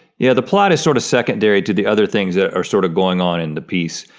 yeah the plot is sort of secondary to the other things that are sort of going on in the piece.